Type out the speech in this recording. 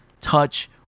touch